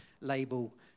label